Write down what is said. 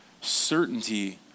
Certainty